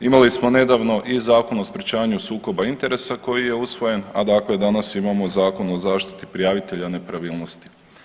Imali smo nedavno i Zakon o sprečavanju sukoba interesa koji je usvojen, a dakle danas imamo Zakon o zaštiti prijavitelja nepravilnosti.